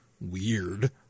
weird